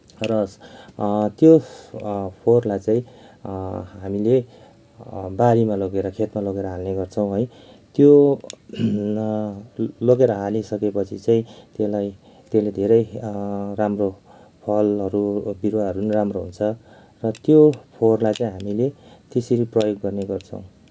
र त्यो फोहोरलाई चाहिँ हामीले बारीमा लगेर खेतमा लगेर हाल्ने गर्छौँ है त्यो लगेर हालिसकेपछि चाहिँ त्यसलाई त्यसले धेरै राम्रो फलहरू बिरुवाहरू पनि राम्रो हुन्छ र त्यो फोहोरलाई चाहिँ हामीले त्यसरी प्रयोग गर्ने गर्छौँ